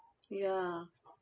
ya